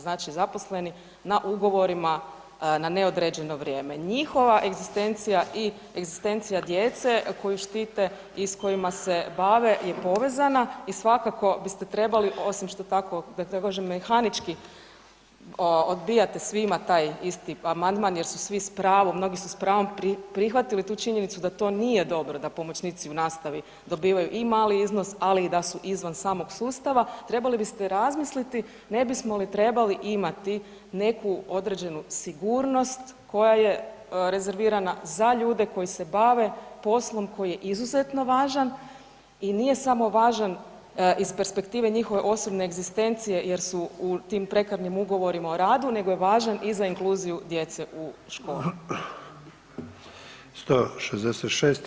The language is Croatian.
Znači zaposleni na ugovorima na neodređeno vrijeme i njihova egzistencija i egzistencija djece koju štite i s kojima se bave je povezana i svakako biste trebali, osim što tako, da tako kažem, mehanički odbijate svima taj isti amandman, jer su svi s pravom, mnogi su s pravom prihvatili tu činjenicu da to nije dobro da pomoćnici u nastavi dobivaju i mali iznos, ali i da su izvan samog sustava, trebali biste razmisliti ne bismo li trebali imati neku određenu sigurnost koja je rezervirana za ljude koji se bave poslom koji je izuzetno važan, i nije samo važan iz perspektive njihove osobne egzistencije jer su u tim prekarnim ugovorima o radu, nego je važan i za inkluziju djece u školama.